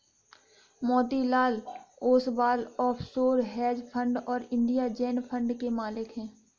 Motilal Oswal offshore hedge fund और India Zen fund के मालिक हैं